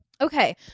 Okay